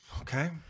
Okay